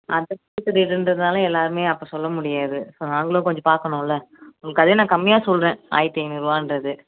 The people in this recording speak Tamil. அதுக்கு அடுத்த ரெண்டு நாளும் எல்லாேருமே அப்போ சொல்ல முடியாது ஸோ நாங்களும் கொஞ்சம் பார்க்கணும்ல உங்களுக்கு அதுவே நான் கம்மியாக சொல்கிறேன் ஆயிரத்து ஐந்நூறுரூவான்றது